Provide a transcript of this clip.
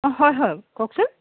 অঁ হয় হয় কওকচোন